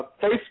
face